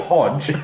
Hodge